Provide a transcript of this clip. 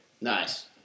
Nice